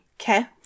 Okay